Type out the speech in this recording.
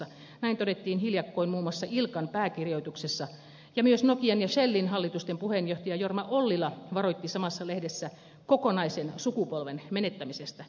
näin todettiin hiljakkoin muun muassa ilkan pääkirjoituksessa ja myös nokian ja shellin hallitusten puheenjohtaja jorma ollila varoitti samassa lehdessä kokonaisen sukupolven menettämisestä